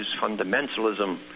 fundamentalism